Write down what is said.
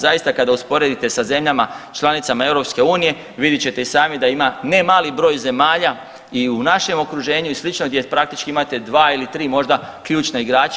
Zaista kada usporedite sa zemljama članicama EU vidjet ćete i sami da ima ne mali broj zemalja i u našem okruženju i sl. gdje praktički imate dva ili tri možda ključna igrača.